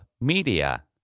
media